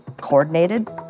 coordinated